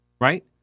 right